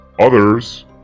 Others